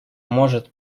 может